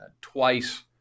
twice